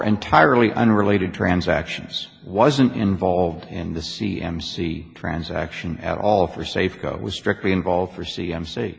entirely unrelated transactions wasn't involved in the c m c transaction at all for safeco was strictly involved for c m c